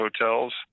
hotels